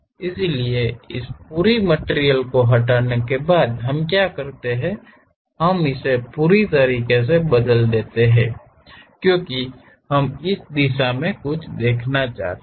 इसलिए इस पूरी मटिरियल को हटाने के बाद हम क्या करते हैं हम इसे पूरे तरीके से बदल देते हैं क्योंकि हम इस दिशा में कुछ देखना चाहते हैं